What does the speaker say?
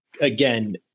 again